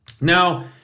Now